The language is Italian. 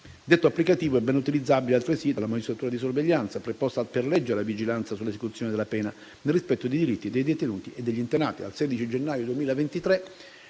Detto applicativo è ben utilizzabile altresì dalla magistratura di sorveglianza, preposta per legge alla vigilanza sull'esecuzione della pena nel rispetto dei diritti dei detenuti e degli internati.